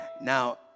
now